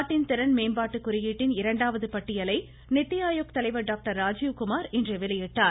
நாட்டின் திறன் மேம்பாட்டு குறியீட்டின் இரண்டாவது பட்டியலை நித்தி ஆயோக் தலைவர் டாக்டர் ராஜீவ் குமார் இன்று வெளியிட்டார்